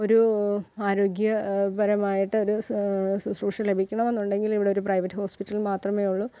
ഒരൂ ആരോഗ്യ പരമായിട്ട് ഒരു ശുശ്രൂഷ ലഭിക്കണമെന്നുണ്ടെങ്കിൽ ഇവിടെയൊരു പ്രൈവറ്റ് ഹോസ്പിറ്റൽ മാത്രമെ ഉള്ളു